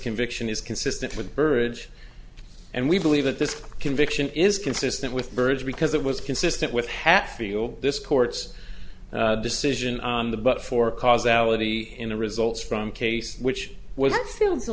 conviction is consistent with burrage and we believe that this conviction is consistent with birds because it was consistent with hatfield this court's decision on the but for causality in the results from case which was